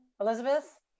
Elizabeth